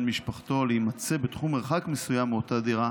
משפחתו או להימצא בתחום מרחק מסוים מאותה דירה